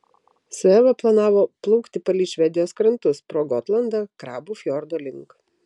su eva planavo plaukti palei švedijos krantus pro gotlandą krabų fjordo link